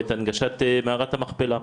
את הנגשת מערת המכפלה.